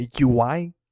UI